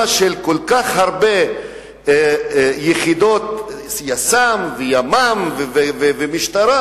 כל כך הרבה יחידות יס"מ וימ"מ ומשטרה,